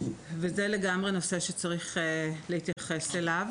וזהו נושא שלגמרי צריך להתייחס אליו.